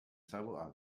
several